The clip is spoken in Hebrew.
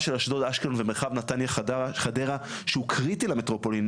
של אשדוד אשקלון ומרחב נתניה חדרה שהוא קריטי למטרופולין,